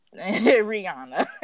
Rihanna